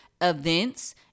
events